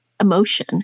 emotion